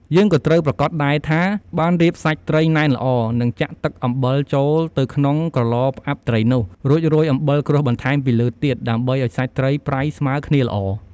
យើងក៏៏ត្រូវប្រាកដដែរថាបានរៀបសាច់ត្រីណែនល្អ និងចាក់ទឹកអំបិលចូលទៅក្នុងក្រឡផ្អាប់ត្រីនោះ រួចរោយអំបិលក្រួសបន្ថែមពីលើទៀត ដើម្បីឱ្យសាច់ត្រីប្រៃស្មើគ្នាល្អ។